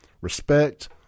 respect